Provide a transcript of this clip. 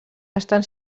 estan